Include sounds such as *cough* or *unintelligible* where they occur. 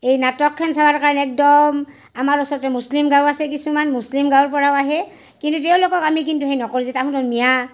এই নাটকখন চাবাৰ কাৰণে একদম আমাৰ ওচৰতে মুছলিম গাঁও আছে কিছুমান মুছলিম গাঁৱৰ পৰাও আহে কিন্তু তেওঁলোকক আমি কিন্তু সেই নকৰোঁ *unintelligible* মিঞা